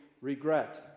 regret